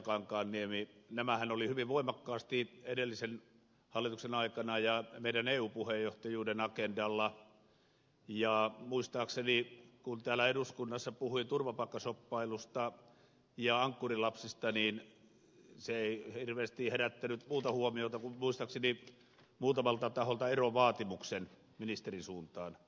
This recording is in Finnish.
kankaanniemi nämähän olivat hyvin voimakkaasti edellisen hallituksen aikana ja meidän eu puheenjohtajuuden agendalla ja muistaakseni kun täällä eduskunnassa puhuin turvapaikkashoppailusta ja ankkurilapsista niin se ei hirveästi herättänyt muuta huomiota kuin muistaakseni muutamalta taholta erovaatimuksen ministerin suuntaan